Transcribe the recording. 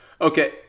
okay